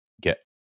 get